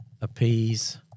appease